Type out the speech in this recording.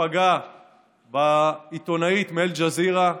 ופגע בעיתונאית מאל-ג'זירה,